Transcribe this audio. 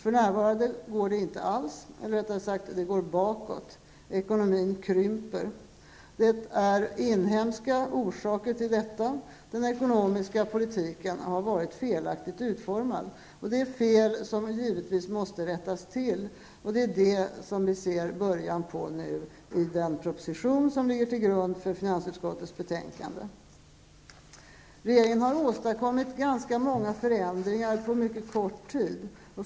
För närvarande går det inte alls, eller rättare sagt: det går bakåt. Ekonomin krymper. Orsaken är inhemsk -- den ekonomiska politiken har varit felaktigt utformad. Det är fel som givetvis bör rättas till. Och det är vad vi nu ser början på i och med den proposition som ligger till grund för finansutkottets betänkande. Regeringen har åstadkommit ganska många förändringar på mycket kort tid.